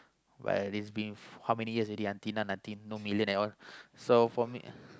while it's been how many years already ah until now nothing no million at all so for me